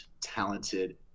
talented